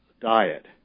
diet